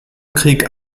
krieg